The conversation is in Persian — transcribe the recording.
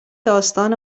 داستان